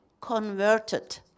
converted